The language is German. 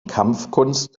kampfkunst